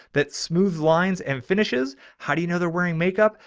that smooth lines and finishes. how do you know they're wearing makeup?